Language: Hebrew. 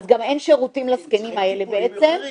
אז גם אין שירותים לזקנים האלה בעצם,